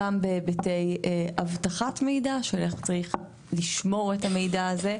גם בהיבטי אבטחת מידע של איך צריך לשמור את המידע הזה.